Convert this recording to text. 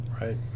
right